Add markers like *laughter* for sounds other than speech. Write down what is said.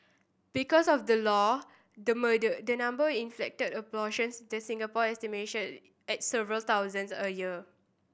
because of the law the *unintelligible* the number in illicit abortions this Singapore estimation at several thousands a year